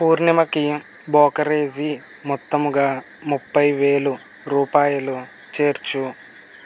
పూర్ణిమకి brokerage మొత్తముగా ముప్పై వేలు రూపాయలు చేర్చుము